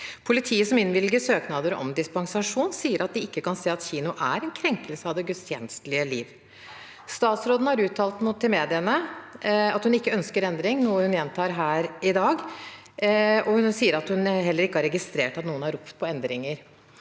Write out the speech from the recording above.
Politiet, som innvilger søknader om dispensasjon, sier at de ikke kan se at kino er en krenkelse av det gudstjenestelige liv. Statsråden har uttalt til mediene at hun ikke ønsker endring, noe hun gjentar her i dag. Hun sier at hun heller ikke har registrert at noen har ropt på endringer.